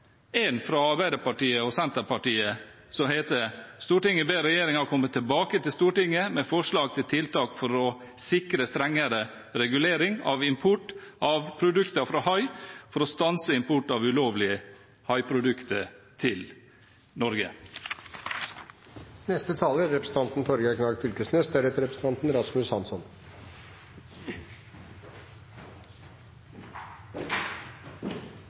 fra Arbeiderpartiet og Senterpartiet: «Stortinget ber regjeringen komme tilbake til Stortinget med forslag til tiltak for å sikre strengere regulering av import av produkter fra hai for å stanse import av ulovlige haiprodukter til Norge.» Representanten Blattmann har tatt opp det forslaget han refererte. Fangst av haifinneprodukter er